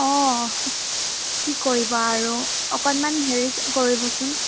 অ কি কৰিব আৰু অকণমান হেৰি কৰিবচোন